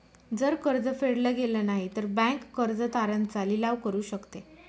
जर कर्ज फेडल गेलं नाही, तर बँक कर्ज तारण चा लिलाव करू शकते